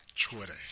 Twitter